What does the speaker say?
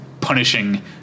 punishing